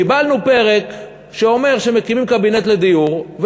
קיבלנו פרק שאומר שמקימים קבינט לדיור,